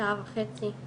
שעה וחצי.